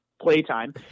playtime